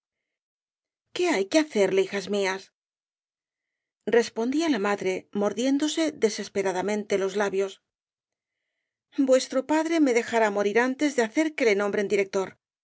qué hay que hacerle hijas mías respondía la madre mordiéndose desesperadamente los labios vuestro padre me dejará morir antes de hacer que le nombren director